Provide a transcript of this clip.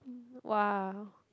!wow!